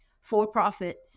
for-profit